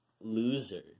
loser